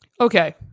Okay